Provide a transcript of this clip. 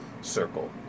circle